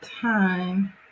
time